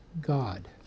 God